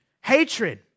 hatred